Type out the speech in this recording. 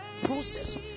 Process